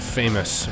famous